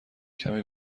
کمی